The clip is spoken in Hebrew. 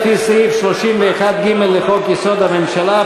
לפי סעיף 31(ג) לחוק-יסוד: הממשלה,